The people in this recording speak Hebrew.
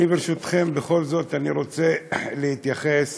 ברשותכם, בכל זאת אני רוצה להתייחס